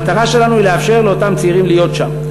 המטרה שלנו היא לאפשר לאותם צעירים להיות שם.